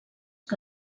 que